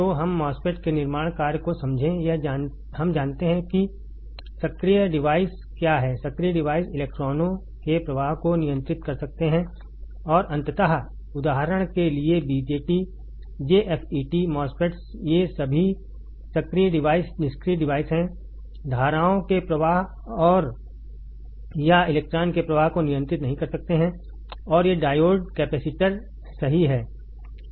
तो हम MOSFET के निर्माण कार्य को समझें हम जानते हैं कि सक्रिय डिवाइस क्या हैं सक्रिय डिवाइस इलेक्ट्रॉनों के प्रवाह को नियंत्रित कर सकते हैं और अंततः उदाहरण के लिए BJT JFET MOSFETs ये सभी सक्रिय डिवाइस निष्क्रिय डिवाइस हैं धाराओं के प्रवाह और या इलेक्ट्रॉन के प्रवाह को नियंत्रित नहीं कर सकते हैं और ये डायोड कैपेसिटर सही हैं